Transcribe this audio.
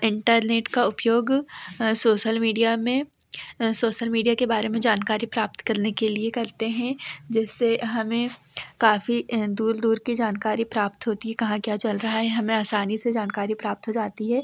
internet का उपयोग social media में सोसल मीडिया के बारे में जानकारी प्राप्त करने के लिए करते हें जिससे हमें काफ़ी दूर दूर की जानकारी प्राप्त होती है कहाँ क्या चल रहा है हमें आसानी से जानकारी प्राप्त हो जाती है